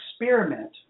experiment